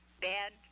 bad